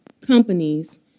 companies